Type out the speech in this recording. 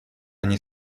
они